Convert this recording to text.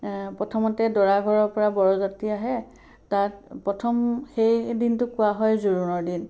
প্ৰথমতে দৰাঘৰৰ পৰা বৰযাত্ৰী আহে তাক প্ৰথম সেই দিনটোক কোৱা হয় জোৰোণৰ দিন